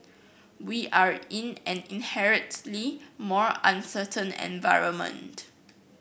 we are in an inherently more uncertain environment